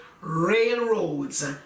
railroads